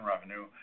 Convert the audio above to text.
revenue